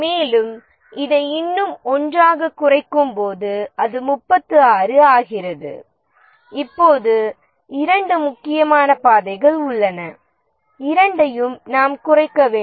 மேலும் இதை இன்னும் ஒன்றாக குறைக்கும்போது அது 36 ஆகிறது இப்போது இரண்டு முக்கியமான பாதைகள் உள்ளன இரண்டையும் நாம் குறைக்க வேண்டும்